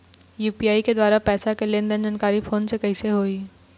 UPI के द्वारा पैसा के लेन देन के जानकारी फोन से कइसे होही?